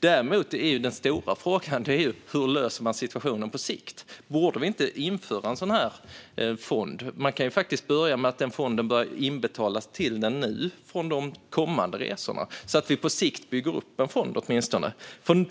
Den stora frågan är däremot hur man löser situationen på sikt. Borde vi inte införa en fond? Man kan börja med att betala in till den nu, för de kommande resorna, så att vi åtminstone på sikt bygger upp en fond.